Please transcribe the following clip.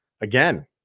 Again